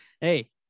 Hey